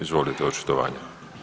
Izvolite očitovanje.